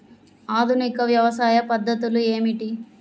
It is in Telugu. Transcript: ఆధునిక వ్యవసాయ పద్ధతులు ఏమిటి?